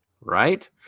right